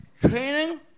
training